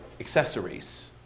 accessories